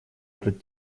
этот